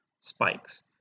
spikes